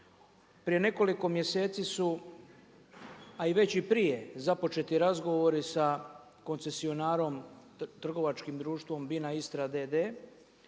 Prije nekoliko mjeseci su, a i već prije započeti razgovori sa koncesionarom trgovačkim društvom BINA Istra d.d.